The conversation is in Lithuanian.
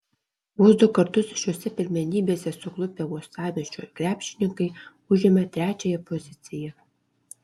vos du kartus šiose pirmenybėse suklupę uostamiesčio krepšininkai užimą trečiąją poziciją